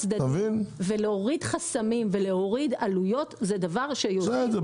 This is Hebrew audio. להוריד חסמים ולהוריד עלויות זה דבר שיוריד --- בסדר,